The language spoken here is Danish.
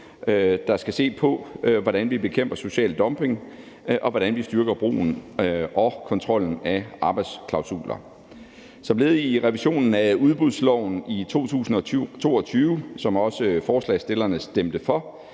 der skal se på, hvordan vi bekæmper social dumping, og hvordan vi styrker brugen og kontrollen af arbejdsklausuler. Som led i revisionen af udbudsloven i 2022, som også forslagsstillerne stemte for,